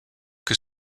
que